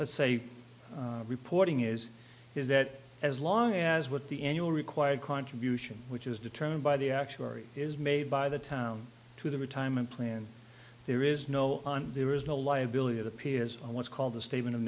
let's say reporting is is that as long as what the annual required contribution which is determined by the actuary is made by the town to the retirement plan there is no one there is no liability it appears on what's called the state